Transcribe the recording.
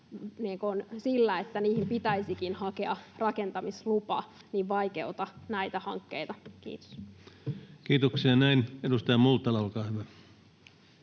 sillä, että niihin pitäisikin hakea rakentamislupa, vaikeuta näitä hankkeita. — Kiitos. Kiitoksia. — Edustaja Multala, olkaa hyvä.